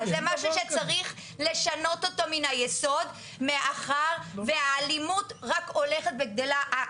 זה משהו שצריך לשנות אותו מן היסוד מאחר והאלימות רק הולכת וגדלה.